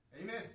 Amen